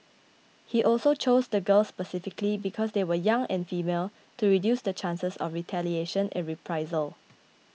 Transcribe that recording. he also chose the girls specifically because they were young and female to reduce the chances of retaliation and reprisal